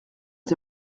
est